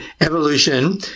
evolution